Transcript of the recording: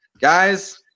guys